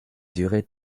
durée